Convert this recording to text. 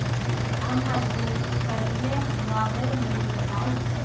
हम मजदूरी करीले हमरा ऋण मिली बताई?